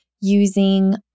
using